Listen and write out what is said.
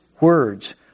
words